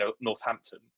Northampton